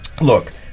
look